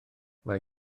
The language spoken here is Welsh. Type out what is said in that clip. mae